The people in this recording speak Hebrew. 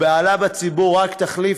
הבהלה בציבור רק תחריף,